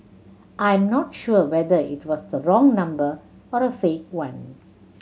I'm not sure whether it was the wrong number or a fake one